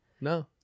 no